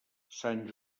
sant